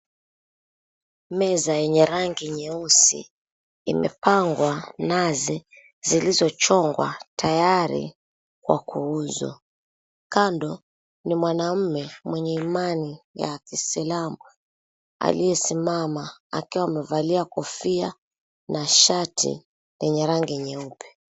Meza yenye rangi nyeusi imepangwa nazi zilizochongwa tayari kwa kuuzwa, kando ni mwanamume mwenye imani ya kiislamu aliyesimama akiwa amevalia kofia na shati lenye rangi nyeupe.